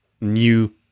new